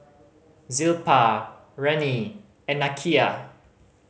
Zilpah Rennie and Nakia